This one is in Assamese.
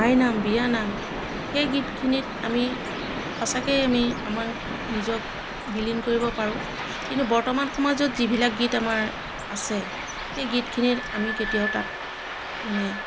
আইনাম বিয়ানাম সেই গীতখিনিত আমি সঁচাকৈই আমি আমাক নিজক বিলীন কৰিব পাৰোঁ কিন্তু বৰ্তমান সমাজত যিবিলাক গীত আমাৰ আছে সেই গীতখিনিত আমি কেতিয়াও তাত মানে